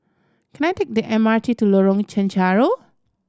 can I take the M R T to Lorong Chencharu